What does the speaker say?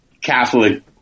Catholic